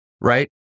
Right